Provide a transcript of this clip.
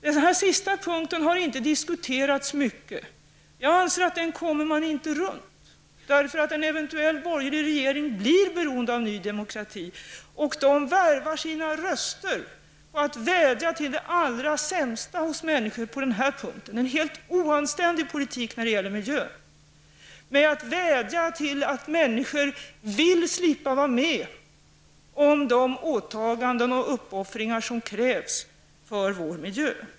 Den sista punkten har inte diskuterats mycket, men jag menar att man inte kommer runt den, eftersom en eventuell borgerlig regering blir beroende av Ny demokrati. Ny demokrati värvar sina röster att vädja till det allra sämsta hos människor, vilket är en helt oanständig politik i fråga om miljön. Partiet vädjar nämligen till människors vilja att slippa vara med om de åtaganden och uppoffringar som krävs för vår miljö.